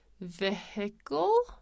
Vehicle